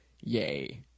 yay